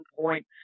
point